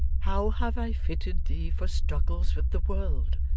how have i fitted thee for struggles with the world?